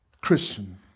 Christian